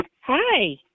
hi